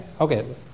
Okay